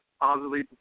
positively